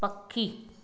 पखी